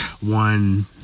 one